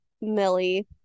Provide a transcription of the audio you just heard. Millie